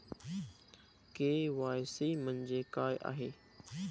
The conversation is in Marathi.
के.वाय.सी म्हणजे काय आहे?